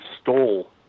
stole